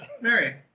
Mary